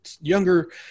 younger